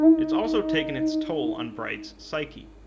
it's also taken its toll on bright's psyche.